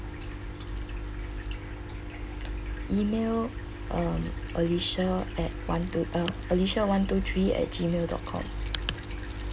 email um alicia at one two uh alicia one two three at G mail dot com